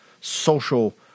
social